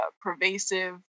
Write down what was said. pervasive